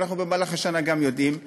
אנחנו במהלך השנה גם יודעים להוסיף.